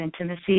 intimacy